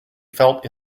felt